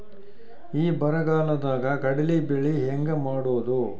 ಈ ಬರಗಾಲದಾಗ ಕಡಲಿ ಬೆಳಿ ಹೆಂಗ ಮಾಡೊದು?